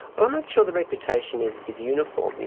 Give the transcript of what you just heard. well, i'm not sure the reputation is is uniform.